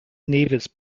nevis